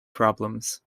problems